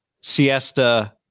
siesta